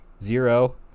Zero